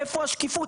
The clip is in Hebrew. איפה השקיפות?